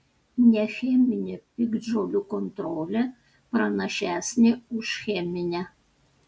necheminė piktžolių kontrolė pranašesnė už cheminę